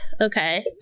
okay